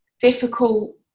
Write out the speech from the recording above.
difficult